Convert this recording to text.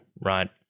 Right